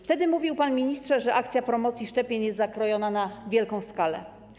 Wtedy mówił pan, ministrze, że akcja promocji szczepień jest zakrojona na wielką skalę.